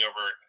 over